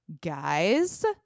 guys